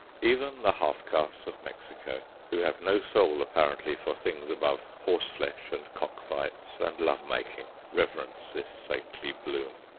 even the half-castes of mexico who have no soul, apparently, for things above horseflesh and cockfights, and love-making, reverence this saintly bloom.